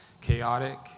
chaotic